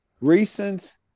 Recent